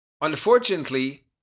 Unfortunately